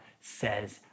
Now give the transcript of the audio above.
says